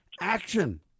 action